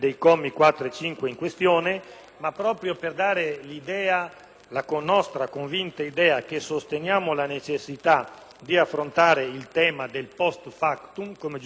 la nostra convinta idea che sosteniamo la necessità di affrontare il tema del *post factum*, come giustamente diceva il senatore Boscetto, voteremo a favore